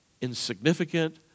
insignificant